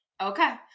Okay